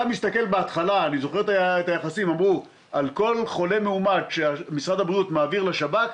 אני זוכר שבהתחלה אמרו: על כל חולה מאומת שמשרד הבריאות מעביר לשב"כ,